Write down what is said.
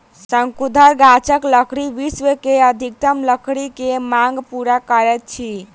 शंकुधर गाछक लकड़ी विश्व के अधिकतम लकड़ी के मांग पूर्ण करैत अछि